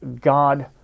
God